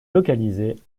localiser